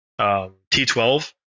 T12